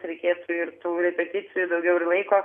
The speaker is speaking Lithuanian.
reikėtų ir tų repeticijų daugiau ir laiko